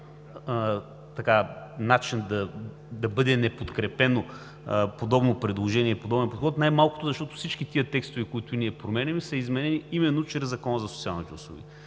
начин да бъде неподкрепено подобно предложение, подобен подход – най-малкото, защото всичките тези текстове, които ние променяме, са изменени именно чрез Закона за социалните услуги.